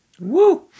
Woo